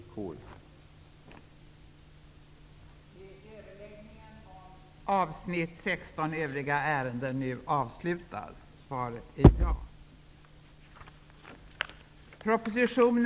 Talmannen meddelade att propositioner först skulle ställas beträffande envar av de frågor som berördes i de reservationer och den meningsyttring som fogats till betänkandet och därefter i ett sammanhang på övriga frågor.